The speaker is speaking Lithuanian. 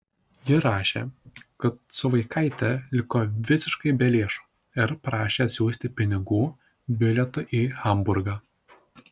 ji rašė kad su vaikaite liko visiškai be lėšų ir prašė atsiųsti pinigų bilietui į hamburgą